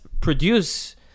produce